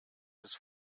des